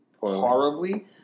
horribly